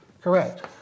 correct